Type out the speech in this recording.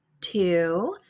Two